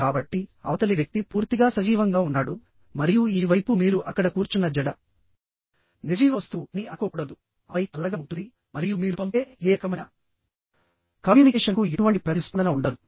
కాబట్టి అవతలి వ్యక్తి పూర్తిగా సజీవంగా ఉన్నాడు మరియు ఈ వైపు మీరు అక్కడ కూర్చున్న జడ నిర్జీవ వస్తువు అని అనుకోకూడదు ఆపై చల్లగా ఉంటుంది మరియు మీరు పంపే ఏ రకమైన కమ్యూనికేషన్కు ఎటువంటి ప్రతిస్పందన ఉండదు